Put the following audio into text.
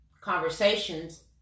conversations